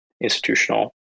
institutional